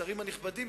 השרים הנכבדים,